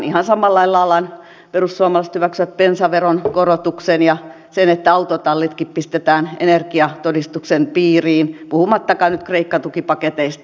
ihan samalla laillahan perussuomalaiset hyväksyivät bensaveron korotuksen ja sen että autotallitkin pistetään energiatodistuksen piiriin puhumattakaan nyt kreikka tukipaketeista